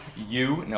you. no,